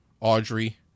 Audrey